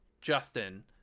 Justin